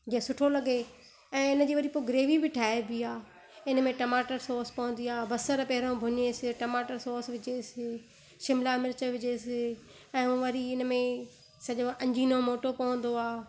जीअं सुठो लॻे ऐं इन जी ग्रेवी बि ठाहिबी आहे इन में टमाटर सॉस पवंदी आहे बसरु पहिरियों भुञेसि टमाटर सॉस विझी शिमला मिर्च विझेसि ऐं वरी इन में सॼो अजीनो मोटो पवंदो आहे